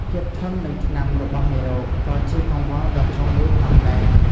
ភាពធន់នឹងថ្នាំរបស់មេរោគ ក៏ជាកង្វល់ដ៏ធំមួយផងដែរ។